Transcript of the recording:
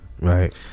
Right